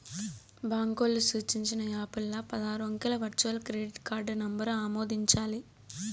బాంకోల్లు సూచించిన యాపుల్ల పదారు అంకెల వర్చువల్ క్రెడిట్ కార్డు నంబరు ఆమోదించాలి